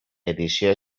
edició